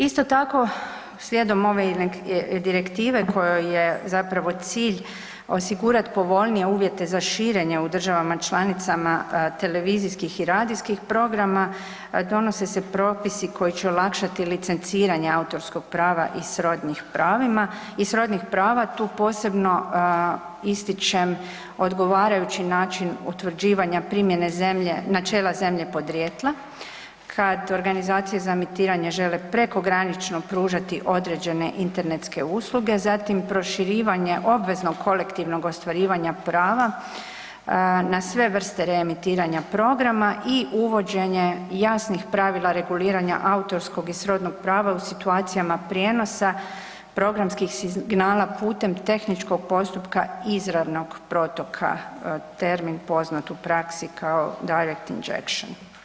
Isto tako, slijedom ove direktive kojoj je zapravo cilj osigurat povoljnije uvjete za širenje u državama članicama televizijskih i radijskih programa, donose se propisi koji će olakšati licenciranje autorskog prava i srodnih prava, tu posebno ističem odgovarajući način utvrđivanja primjene načela zemlje podrijetla kad organizacije za emitiranje žele prekogranično pružati određene internetske usluge, zatim proširivanje obveznog kolektivnog ostvarivanja prava na sve vrste reemitiranja programa i uvođenje jasnih pravila reguliranja autorskog i srodnog prava u situacijama prijenosa, programskih signala putem tehničkog postupka izravnog protoka, termin poznat u praksi kao direct injection.